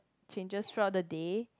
changes throughout the day